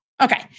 Okay